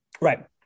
right